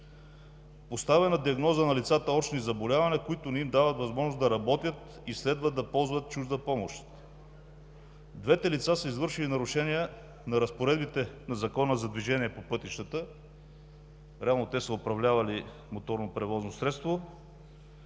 Поставена е диагноза на лицата – очни заболявания, които не им дават възможност да работят и следва да ползват чужда помощ. Двете лица са извършили нарушения на разпоредбите на Закона за движението по пътищата – реално те са управлявали моторно превозно средство,